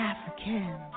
African